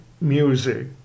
music